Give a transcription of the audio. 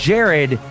Jared